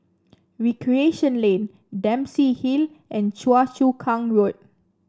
Recreation Lane Dempsey Hill and Choa Chu Kang Road